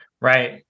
Right